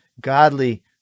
godly